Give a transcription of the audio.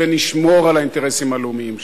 ונשמור על האינטרסים הלאומיים שלנו.